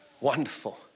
Wonderful